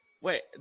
Wait